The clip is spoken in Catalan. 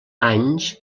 anys